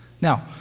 Now